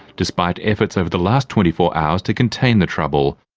despite efforts over the last twenty four hours to contain the trouble.